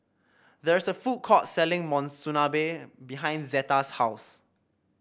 there is a food court selling Monsunabe behind Zeta's house